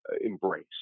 embrace